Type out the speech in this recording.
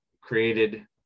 created